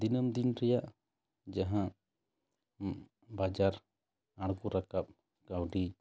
ᱫᱤᱱᱟᱹᱢ ᱫᱤᱱ ᱨᱮᱭᱟᱜ ᱡᱟᱦᱟᱸ ᱵᱟᱡᱟᱨ ᱟᱬᱜᱚ ᱨᱟᱠᱟᱵ ᱠᱟ ᱣᱰᱤ